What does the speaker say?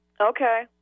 Okay